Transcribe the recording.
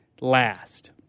last